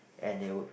and they would